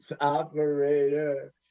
operator